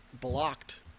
blocked